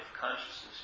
consciousness